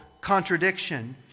contradiction